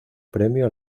premio